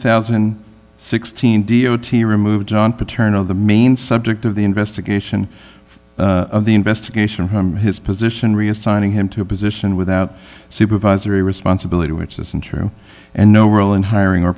thousand and sixteen d o t removed john paternal the main subject of the investigation of the investigation from his position reassigning him to a position without supervisory responsibility which is untrue and no role in hiring or